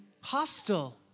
hostile